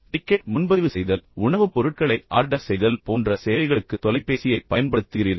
ticket முன்பதிவு செய்தல் உணவுப் பொருட்களை ஆர்டர் செய்தல் போன்ற சேவைகளை அழைக்க நீங்கள் தொலைபேசியை பயன்படுத்துகிறீர்கள்